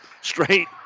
straight